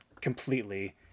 completely